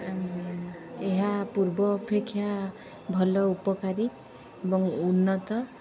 ଏହା ପୂର୍ବ ଅପେକ୍ଷା ଭଲ ଉପକାରୀ ଏବଂ ଉନ୍ନତ